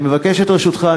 אני מבקש את רשותך,